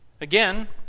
Again